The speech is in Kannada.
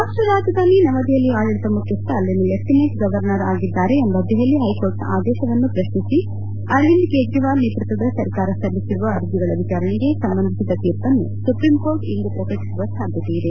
ರಾಷ್ಲರಾಜಧಾನಿ ನವದೆಹಲಿಯ ಆಡಳಿತ ಮುಖ್ಯಸ್ಥ ಅಲ್ಲಿನ ಲೆಫ್ಲಿನೆಂಟ್ ಗವರ್ನರ್ ಆಗಿದ್ದಾರೆ ಎಂಬ ದೆಹಲಿ ಹೈಕೋರ್ಟ್ನ ಆದೇಶವನ್ನು ಪ್ರಶ್ನಿಸಿ ಅರವಿಂದ ಕೇಜ್ರಿವಾಲ್ ನೇತೃತ್ವದ ಸರ್ಕಾರ ಸಲ್ಲಿಸಿರುವ ಅರ್ಜಿಗಳ ವಿಚಾರಣೆಗೆ ಸಂಬಂಧಿಸಿದ ತೀರ್ಪನ್ನು ಸುಪ್ರೀಂಕೋರ್ಟ್ ಇಂದು ಪ್ರಕಟಿಸುವ ಸಾಧ್ಯತೆ ಇದೆ